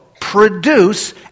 produce